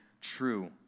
true